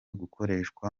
gukoreshwa